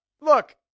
look